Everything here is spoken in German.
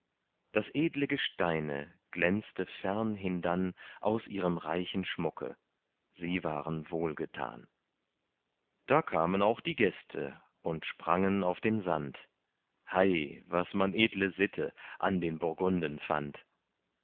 das edle gesteine glänzte fern hindann aus ihrem reichen schmucke sie waren wohlgetan da kamen auch die gäste und sprangen auf den sand hei was man edle sitte an den burgunden fand